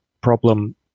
problem